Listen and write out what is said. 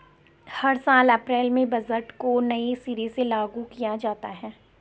हर साल अप्रैल में बजट को नये सिरे से लागू किया जाता है